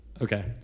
Okay